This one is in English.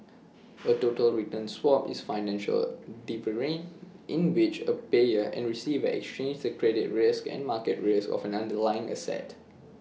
A total return swap is A financial derivative in which A payer and receiver exchange the credit risk and market risk of an underlying asset